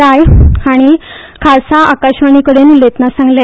राय हाणी खासा आकाशवाणीकडेन उलयताना सांगले